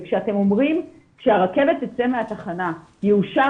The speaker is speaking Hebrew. וכשאתם אומרים שהרכבת תצא מהתחנה יאושר